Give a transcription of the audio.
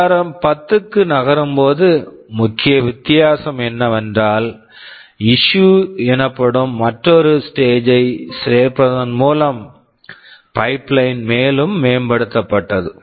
ARM ARM 10 க்கு நகரும் போது முக்கிய வித்தியாசம் என்னவென்றால் இஸ்சுயூ issue எனப்படும் மற்றொரு ஸ்டேஜ் stage ஐ சேர்ப்பதன் மூலம் பைப்லைன் pipeline மேலும் மேம்படுத்தப்பட்டது